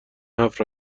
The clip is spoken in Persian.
هفت